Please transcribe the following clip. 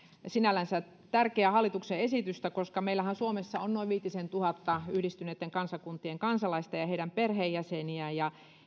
sinällänsä tärkeää hallituksen esitystä meillähän suomessa on viitisentuhatta yhdistyneen kuningaskunnan kansalaista ja heidän perheenjäseniään ja